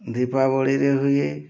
ଦୀପାବଳିରେ ହୁଏ